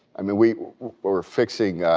um we were fixing